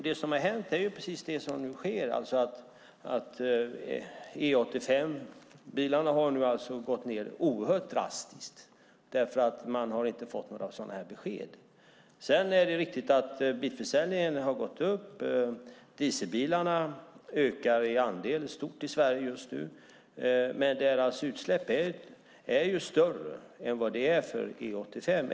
Det som har hänt är precis det som sker, alltså att försäljningen av E85-bilar nu har gått ned oerhört drastiskt därför att man inte har fått några besked. Sedan är det riktigt att bilförsäljningen har gått upp. Dieselbilarnas andel ökar stort i Sverige just nu, men deras utsläpp är större än vad de är för E85.